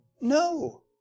No